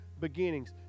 beginnings